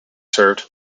served